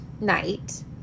night